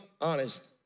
honest